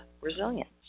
resilience